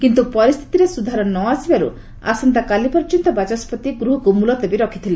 କିନ୍ତୁ ପରିସ୍ଥିତିରେ ସୁଧାର ନ ଆସିବାରୁ ଆସନ୍ତାକାଲି ପର୍ଯ୍ୟନ୍ତ ବାଚସ୍ୱତି ଗୃହକୁ ମୁଲତବୀ ରଖିଥିଲେ